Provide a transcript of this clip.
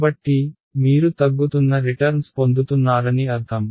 కాబట్టి మీరు తగ్గుతున్న రిటర్న్స్ పొందుతున్నారని అర్థం